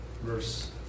verse